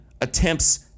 attempts